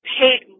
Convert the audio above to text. paid